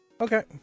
okay